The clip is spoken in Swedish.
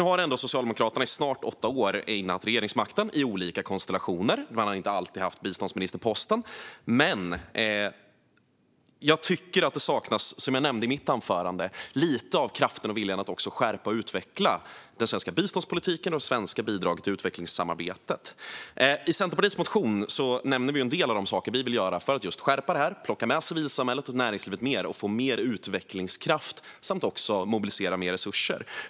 Nu har Socialdemokraterna i snart åtta år innehaft regeringsmakten i olika konstellationer, även om de inte alltid har haft biståndsministerposten. Men som jag nämnde i mitt huvudanförande tycker jag att det saknas kraft och vilja att skärpa och utveckla den svenska biståndspolitiken och det svenska bidraget till utvecklingssamarbetet. I Centerpartiets motion nämner vi en del av de saker som vi vill göra för att skärpa detta. Vi vill plocka med civilsamhället och näringslivet mer och få mer utvecklingskraft samt mobilisera mer resurser.